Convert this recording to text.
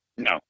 No